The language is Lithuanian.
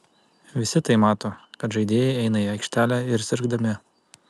visi tai mato kad žaidėjai eina į aikštelę ir sirgdami